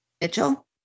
Mitchell